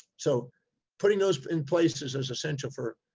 so putting those in places as essential for,